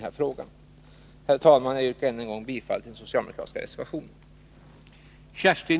Herr talman! Jag yrkar än en gång bifall till den socialdemokratiska reservationen.